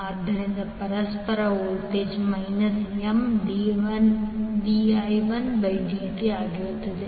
ಆದ್ದರಿಂದ ಪರಸ್ಪರ voltage Mdi1dt ಆಗಿರುತ್ತದೆ